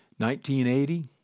1980